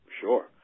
sure